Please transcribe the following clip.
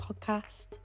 podcast